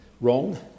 wrong